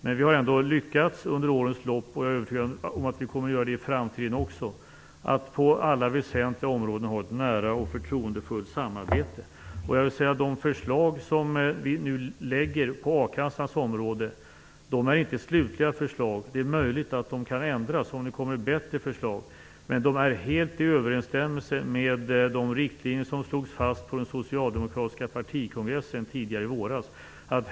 Men vi har ändå lyckats under årens lopp, och jag är övertygad om att vi kommer att göra det också i framtiden, att på alla väsentliga områden ha ett nära och förtroendefullt samarbete. De förslag som vi nu lägger fram på a-kassans område är inte slutliga förslag. Det är möjligt att de kan ändras om det kommer fram bättre förslag. Men de är helt i överensstämmelse med de riktlinjer som slogs fast på den socialdemokratiska partikongressen tidigare i våras.